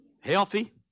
Healthy